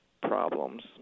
problems